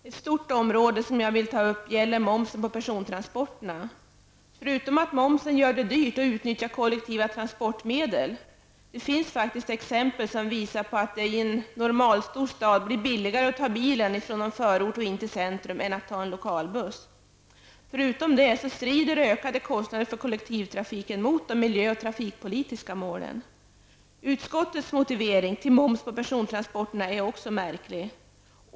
Ett stort område gäller momsen på persontransporterna. Förutom att momsen gör det dyrt att utnyttja kollektiva transportsätt -- det finns faktiskt exempel på att det i en normalstor stad blir billigare att ta bilen in till centrum än lokalbussen -- så strider ökade kostnader för kollektivtrafiken mot de miljö och trafikpolitiska målen. Utskottets motivering för moms på persontransporterna är också märklig.